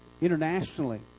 internationally